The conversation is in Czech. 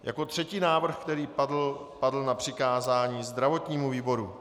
Jako třetí návrh, který padl, padl na přikázání zdravotnímu výboru.